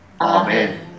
amen